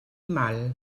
mal